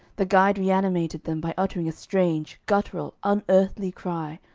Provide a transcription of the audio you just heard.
the guide reanimated them by uttering a strange, gutteral, unearthly cry,